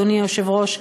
אדוני היושב-ראש,